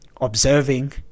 observing